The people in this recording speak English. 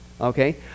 okay